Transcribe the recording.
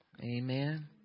Amen